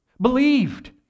believed